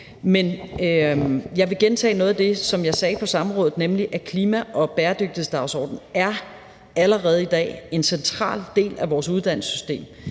Men jeg vil gentage noget af det, som jeg sagde på samrådet, nemlig at klima- og bæredygtighedsdagsordenen allerede i dag er en central del af vores uddannelsessystem